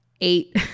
eight